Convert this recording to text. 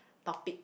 topic